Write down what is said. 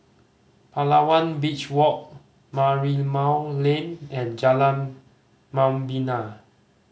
Palawan Beach Walk Merlimau Lane and Jalan Membina